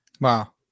Wow